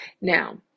Now